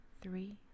three